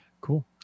Cool